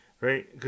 Right